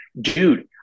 Dude